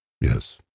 yes